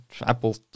Apple